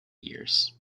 years